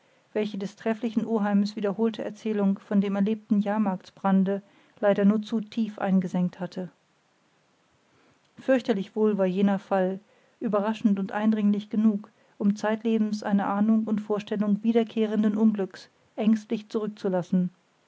welche des trefflichen oheims wiederholte erzählung von dem erlebten jahrmarktsbrande leider nur zu tief eingesenkt hatte fürchterlich wohl war jener fall überraschend und eindringlich genug um zeitlebens eine ahnung und vorstellung wiederkehrenden unglücks ängstlich zurückzulassen